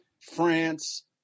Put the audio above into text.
France